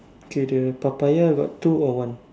okay the Papaya got two or one